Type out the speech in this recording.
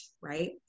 Right